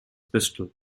pistol